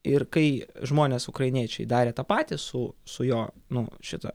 ir kai žmonės ukrainiečiai darė tą patį su su jo nu šita